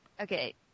okay